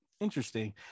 Interesting